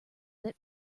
that